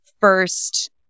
first